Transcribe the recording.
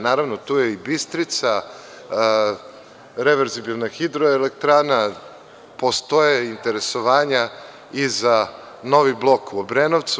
Naravno, tu je i Bistrica, reverzibilna hidroelektrana, postoje interesovanja i za novi blok u Obrenovcu.